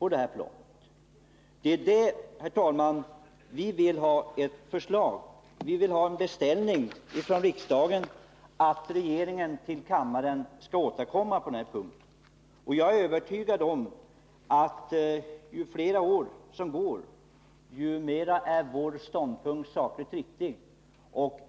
Herr talman! Vi vill ha ett förslag. Vi vill ha en beställning från riksdagen att regeringen till kammaren skall återkomma på den här punkten. Jag är övertygad om att ju flera år som går, desto mera visar sig vår ståndpunkt vara sakligt riktig.